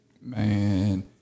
Man